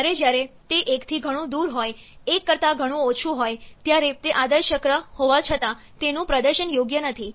જ્યારે જ્યારે તે 1 થી ઘણું દૂર હોય 1 કરતા ઘણું ઓછું હોય ત્યારે તે ચક્ર આદર્શ ચક્ર હોવા છતાં તેનું પ્રદર્શન યોગ્ય નથી